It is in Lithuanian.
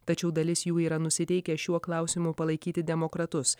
tačiau dalis jų yra nusiteikę šiuo klausimu palaikyti demokratus